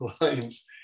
lines